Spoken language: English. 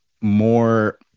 more